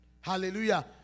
Hallelujah